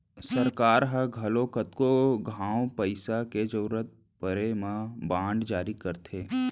सरकार ह घलौ कतको घांव पइसा के जरूरत परे म बांड जारी करथे